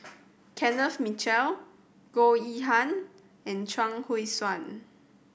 Kenneth Mitchell Goh Yihan and Chuang Hui Tsuan